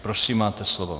Prosím, máte slovo.